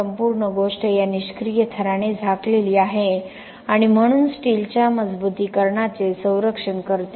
संपूर्ण गोष्ट या निष्क्रिय थराने झाकलेली आहे आणि म्हणून स्टीलच्या मजबुतीकरणाचे संरक्षण करते